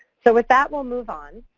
so with that, we'll move on.